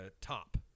top